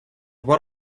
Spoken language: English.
what